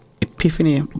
Epiphany